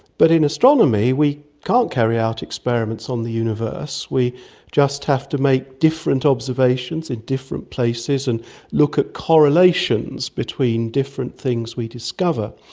but in astronomy we can't carry out experiments on the universe, we just have to make different observations in different places and look at correlations between different things we discover.